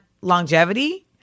longevity